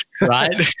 Right